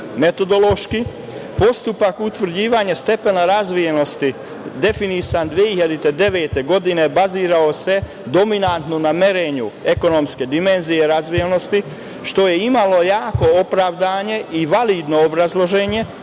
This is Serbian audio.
Metodološki – postupak utvrđivanja stepena razvijenosti definisan 2009. godine bazirao se dominantno na merenju ekonomske dimenzije razvijenosti, što je imalo jako opravdanje i validno obrazloženje